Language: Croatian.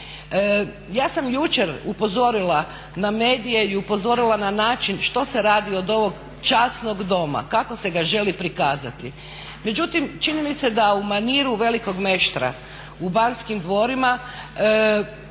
Ja sam jučer upozorila na medije i upozorila na način što se radi od ovog časnog doma, kako se ga želi prikazati. Međutim, čini mi se da u maniru velikog meštra u Banskim dvorima